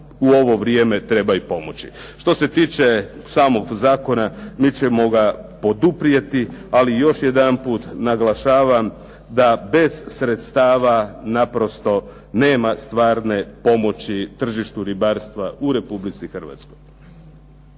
u ovo vrijeme treba pomoći. Što se tiče samog Zakona, mi ćemo ga poduprijeti ali još jedanput naglašavam da bez sredstava naprosto nema stvarne pomoći tržištu ribarstva u Republici Hrvatskoj.